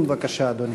בבקשה, אדוני.